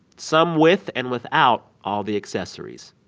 some with and without all the accessories.